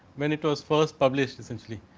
when it was first published essentially.